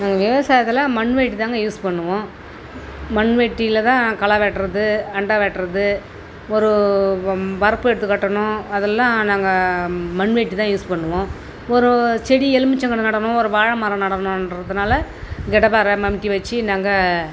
நாங்கள் விவசாயத்துக்குலாம் மண்வெட்டி தாங்க யூஸ் பண்ணுவோம் மண்வெட்டியில் தான் களை வெட்டுறது அண்ட வெட்டுறது ஒரு வரப்பு எடுத்து கட்டணும் அதெல்லாம் நாங்கள் மண்வெட்டி தான் யூஸ் பண்ணுவோம் ஒரு செடி எலுமிச்சங்கன்னு நடணும் ஒரு வாழை மரம் நடணுன்றதுனால கடப்பார மம்முட்டி வச்சி நாங்கள்